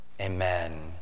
amen